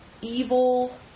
evil